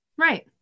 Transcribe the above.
Right